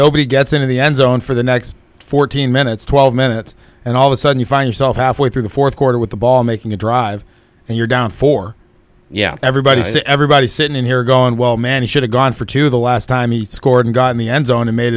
nobody gets in the end zone for the next fourteen minutes twelve minutes and all of a sudden you find yourself halfway through the fourth quarter with the ball making a drive and you're down for yeah everybody said everybody sit in here going well man should have gone for to the last time he scored and got in the end zone and